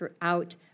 throughout